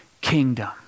kingdom